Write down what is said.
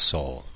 Soul